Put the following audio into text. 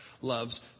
loves